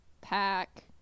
pack